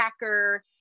hacker